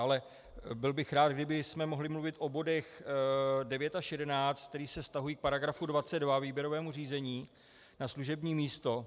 Ale byl bych rád, kdybychom mohli mluvit o bodech 9 až 11, které se vztahují k § 22, výběrovému řízení na služební místo.